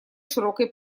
широкой